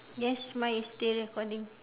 yes mine is still recording